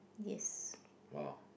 yes